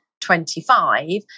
25